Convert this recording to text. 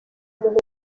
muntu